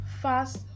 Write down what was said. fast